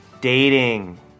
Dating